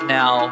now